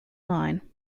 line